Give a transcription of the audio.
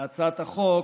להצעת החוק,